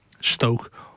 Stoke